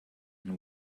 and